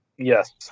Yes